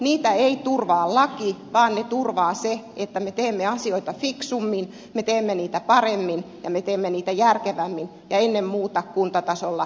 niitä ei turvaa laki vaan se että me teemme asioita fiksummin me teemme niitä paremmin ja me teemme niitä järkevämmin ja ennen muuta kuntatasolla yhteistyössä